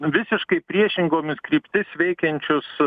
visiškai priešingomis kryptis veikiančius